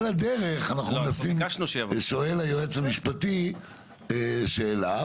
על הדרך שואל היועץ המשפטי שאלה.